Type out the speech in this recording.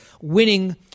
Winning